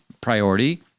priority